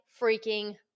freaking